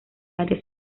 área